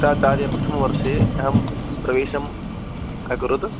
आचार्य प्रथमवर्षे अहं प्रवेशम् अकरोत्